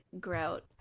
grout